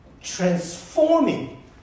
transforming